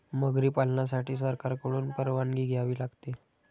मगरी पालनासाठी सरकारकडून परवानगी घ्यावी लागते